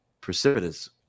precipitous